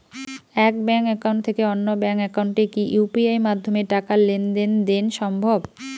এক bank account থেকে অন্য ব্যাংক একাউন্টে কি ইউ.পি.আই মাধ্যমে টাকার লেনদেন দেন সম্ভব?